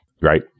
Right